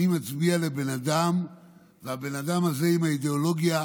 מצביע לבן אדם והבן אדם הזה עם האידיאולוגיה,